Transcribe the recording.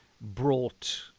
brought